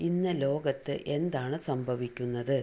ഇന്ന് ലോകത്ത് എന്താണ് സംഭവിക്കുന്നത്